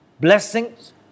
blessings